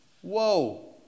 Whoa